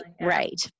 right